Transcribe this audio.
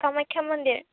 কামাখ্যা মন্দিৰ